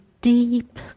deep